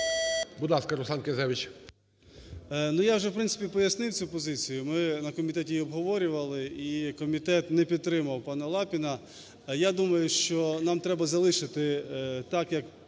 Будь ласка, Руслан Князевич.